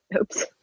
Oops